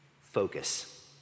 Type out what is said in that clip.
focus